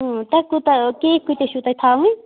تُہۍ کوٗتاہ کیک کۭتیاہ چھِو تُہۍ تھاوٕنۍ